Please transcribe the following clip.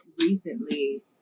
recently